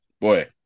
boy